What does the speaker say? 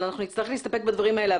נצטרך להסתפק בדברים האלה.